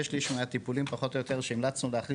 שליש מהטיפולים פחות או יותר שהמלצנו להכניס